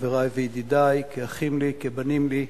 חברי וידידי כאחים לי, כבנים לי,